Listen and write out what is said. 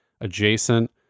adjacent